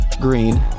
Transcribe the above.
green